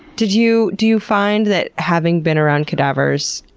did you, do you find that having been around cadavers,